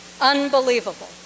Unbelievable